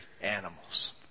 animals